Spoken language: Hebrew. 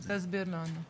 כן, תסביר לנו.